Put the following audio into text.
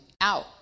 out